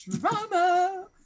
Drama